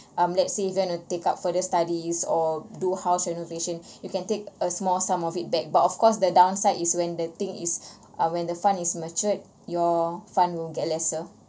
um let's say if you want to take up further studies or do house renovation you can take a small sum of it back but of course the downside is when the thing is uh when the fund is matured your fund will get lesser